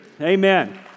amen